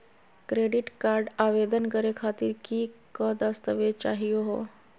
Credit card आवेदन करे खातीर कि क दस्तावेज चाहीयो हो?